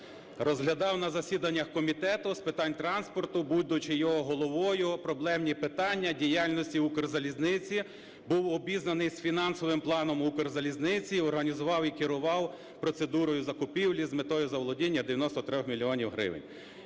розглядав на засіданнях Комітету з питань транспорту, будучи його головою, проблемні питання діяльності "Укрзалізниці"; був обізнаний з фінансовим планом "Укрзалізниці", організував і керував процедурою закупівлі з метою заволодіння 93 мільйонів